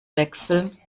wechseln